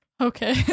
Okay